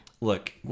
Look